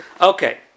Okay